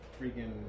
freaking